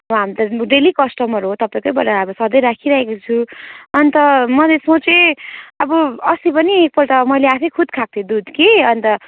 अब हामी त डेली कस्टमर हो तपाईँकै बाट सधैँ राखिराखेको छु अनि त मैले सोचेँ अब अस्ति पनि एकपल्ट मैले आफै खुद खाएको थिएँ दुध कि अनि त